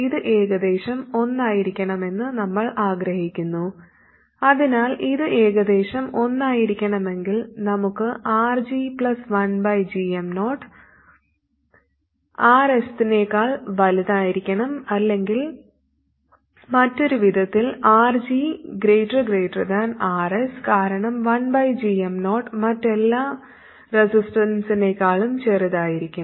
ഇത് ഏകദേശം ഒന്നായിരിക്കണമെന്ന് നമ്മൾ ആഗ്രഹിക്കുന്നു അതിനാൽ ഇത് ഏകദേശം ഒന്നായിരിക്കണമെങ്കിൽ നമുക്ക് RG 1gm0≫ Rs അല്ലെങ്കിൽ മറ്റൊരു വിധത്തിൽ RG≫ Rs കാരണം 1gm0 മറ്റെല്ലാ റെസിസ്റ്റൻസിനേക്കാളും ചെറുതായിരിക്കാം